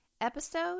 Episode